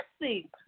see